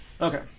okay